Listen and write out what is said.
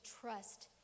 trust